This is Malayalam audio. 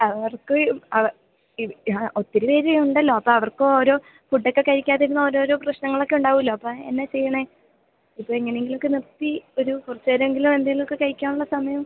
അവർക്ക് ഒത്തിരി പേര് ഉണ്ടല്ലോ അപ്പോൾ അവർക്ക് ഓരോ ഫുഡ് ഒക്കെ കഴിക്കാതിരുന്നാൽ ഓരോരോ പ്രശ്നങ്ങളൊക്കെ ഉണ്ടാകുമല്ലോ അപ്പോൾ എന്നാ ചെയ്യുന്നേ ഇപ്പോൾ എങ്ങനെയെങ്കിലുമൊക്കെ നിർത്തി ഒരു കുറച്ച് നേരമെങ്കിലും എന്തെങ്കിലും ഒക്കെ കഴിക്കാനുള്ള സമയം